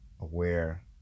aware